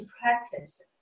practice